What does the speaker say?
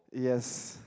yes